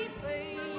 baby